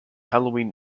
halloween